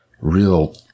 real